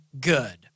good